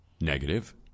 negative